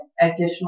additional